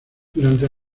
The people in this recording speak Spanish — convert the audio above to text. durante